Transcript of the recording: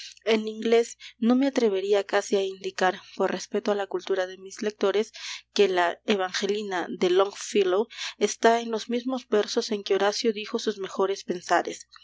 en inglés no me atrevería casi a indicar por respeto a la cultura de mis lectores que la evangelina de longfellow está en los mismos versos en que horacio dijo sus mejores pensares